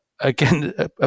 again